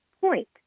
point